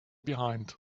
behind